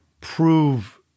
prove